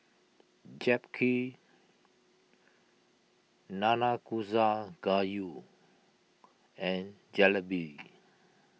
Japchae Nanakusa Gayu and Jalebi